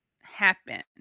happen